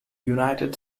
united